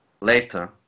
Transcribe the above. Later